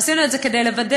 עשינו את זה כדי לוודא,